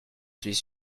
suis